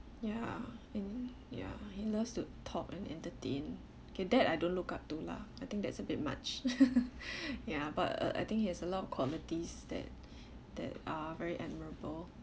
ya and ya he loves to talk and entertain okay that I don't look up to lah I think that's a bit much ya but uh I think he has a lot of qualities that that are very admirable